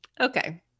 Okay